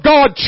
God